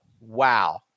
wow